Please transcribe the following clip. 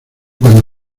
cuando